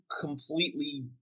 completely